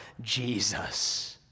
Jesus